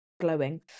glowing